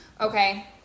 Okay